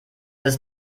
ist